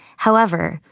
however,